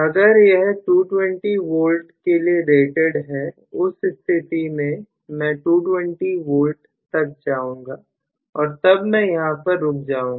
अगर यह 220 के लिए रेटेड है उस स्थिति में मैं 220 तक जाऊंगा और तब मैं यहां पर रुक जाऊंगा